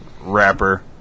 rapper